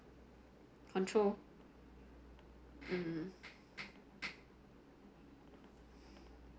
control mm